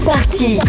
Party